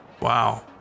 Wow